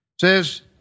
says